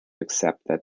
accept